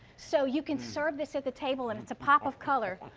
so you can serve this at the table and it's a pop of color.